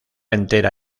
entera